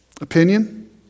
Opinion